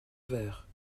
verre